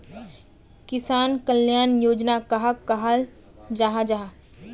किसान कल्याण योजना कहाक कहाल जाहा जाहा?